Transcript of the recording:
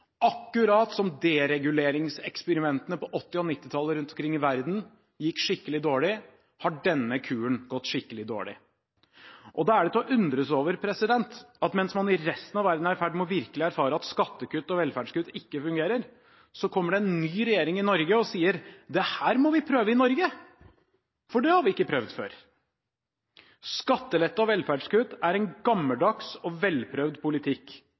Akkurat slik dereguleringseksperimentene på 1980- og 1990-tallet rundt omkring i verden gikk skikkelig dårlig, har denne kuren gått skikkelig dårlig. Da er det til å undres over at mens man i resten av verden er i ferd med virkelig å erfare at skattekutt og velferdskutt ikke fungerer, kommer det en ny regjering i Norge og sier at dette må vi prøve i Norge, for det har vi ikke prøvd før. Skattelette og velferdskutt er en gammeldags og velprøvd politikk,